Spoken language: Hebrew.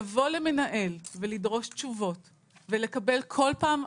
לבוא ולמנהל ולדרוש תשובות ולקבל כל פעם,